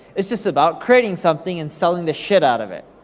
it's just about creating something and selling the shit out of it.